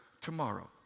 tomorrow